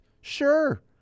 Sure